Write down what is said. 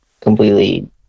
completely